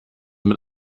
mit